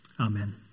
Amen